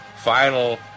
final